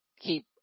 Keep